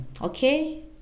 Okay